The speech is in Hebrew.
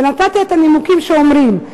ונתתי את הנימוקים שאומרים,